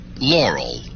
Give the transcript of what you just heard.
Laurel